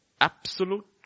absolute